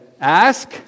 ask